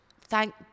thank